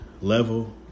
level